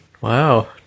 wow